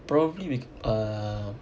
probably we uh